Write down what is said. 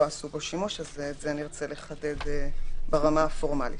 עשו בו שימוש אז את זה נרצה לחדד ברמה הפורמלית.